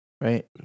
Right